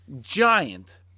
giant